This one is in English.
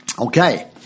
Okay